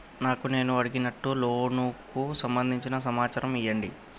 నాకు నేను అడిగినట్టుగా లోనుకు సంబందించిన సమాచారం ఇయ్యండి?